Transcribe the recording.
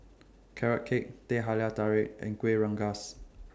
Carrot Cake Teh Halia Tarik and Kueh Rengas